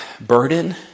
Burden